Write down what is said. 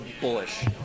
bullish